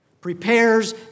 prepares